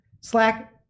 Slack